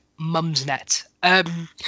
Mumsnet